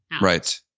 Right